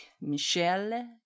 Michelle